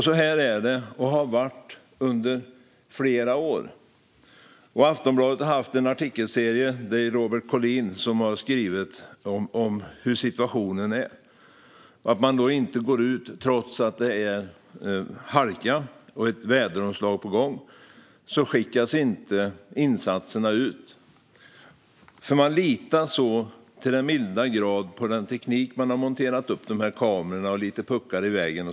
Så här är det och har varit under flera år. Robert Collin på Aftonbladet har skrivit en artikelserie om situationen. Trots att det är halka och väderomslag på gång skickas inte insatserna ut, för man litar så till den milda grad på den teknik som har monterats upp, exempelvis kameror, och lite puckar på vägen.